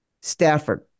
Stafford